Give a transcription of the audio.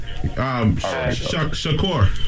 Shakur